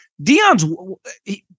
Deion's